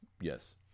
Yes